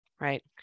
Right